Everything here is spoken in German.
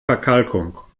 verkalkung